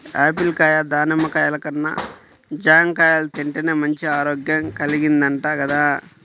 Apple కాయ, దానిమ్మ కాయల కన్నా జాంకాయలు తింటేనే మంచి ఆరోగ్యం కల్గిద్దంట గదా